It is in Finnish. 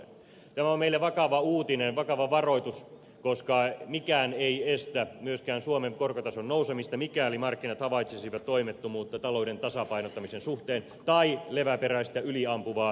tämä on meille vakava uutinen vakava varoitus koska mikään ei estä myöskään suomen korkotason nousemista mikäli markkinat havaitsisivat toimettomuutta talouden tasapainottamisen suhteen tai leväperäistä yliampuvaa menolisäyspolitiikkaa